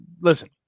Listen